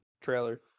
trailer